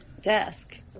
desk